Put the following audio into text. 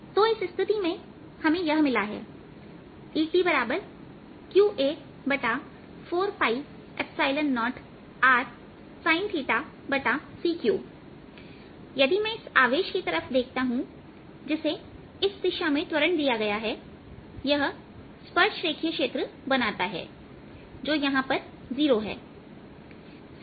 तो इस स्थिति में हमें यह मिला है कि E t qa sin 40rc3 यदि मैं इस आवेश की तरफ देखता हू जिसे इस दिशा में त्वरण दिया गया है यह स्पर्श रेखीय क्षेत्र बनाता है जो यहां 0 है